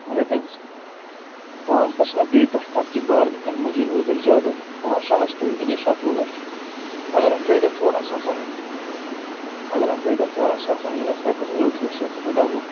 رۄپیَس پانٛژھ لَچھ یِن اَتھ بیٚیہِ پٮ۪ٹھ خَرچہِ بار دانہِ مٔزوٗرۍ ؤزوٗرۍ زیادَے پانٛژھ شےٚ لَچھ تھٲیِو تہٕ گٔے شَتہٕ وُہ لَچھ اگر وۄنۍ پیٹٮ۪س ژورَن ساسَن یِن اگر وۄنۍ پیٹٮ۪س ژورَن ساسَن یی اَسہِ رۄپیَس ٲٹھ ٲٹھ شَتھ سُہ کوٗتاہ گوٚو